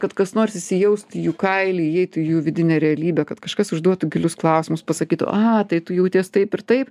kad kas nors įsijausti į jų kailį įeitų į jų vidinę realybę kad kažkas užduotų gilius klausimus pasakytų a tai tu jauties taip ir taip